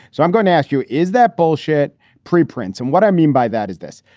so i'm going to ask you. is that bullshit preprint? and what i mean by that is this.